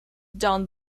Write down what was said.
done